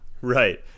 Right